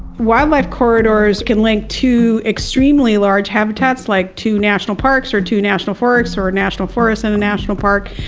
wildlife corridors can link two extremely large habitats like two national parks or two national forests, or a national forest and a national park.